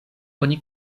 oni